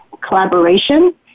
collaboration